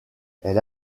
elle